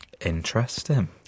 Interesting